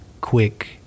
quick